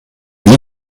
die